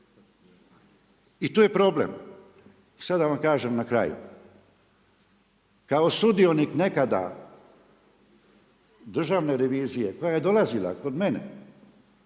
I tu je problem. Sad da vam kažem na kraju, kao sudionik nekada Državne revizije, koja je dolazila kod mene,